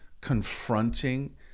confronting